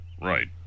right